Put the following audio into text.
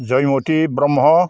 Jaymati Brahma